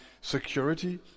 security